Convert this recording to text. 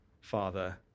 Father